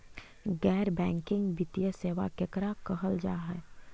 गैर बैंकिंग वित्तीय सेबा केकरा कहल जा है?